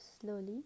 Slowly